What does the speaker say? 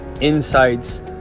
insights